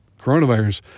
coronavirus